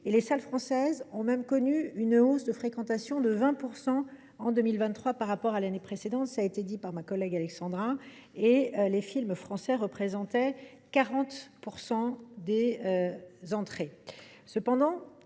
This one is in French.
Les salles françaises ont même connu une hausse de fréquentation de 20 % en 2023 par rapport à l’année précédente, alors que les films français représentaient 40 % des entrées.